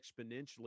exponentially